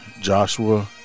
Joshua